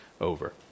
over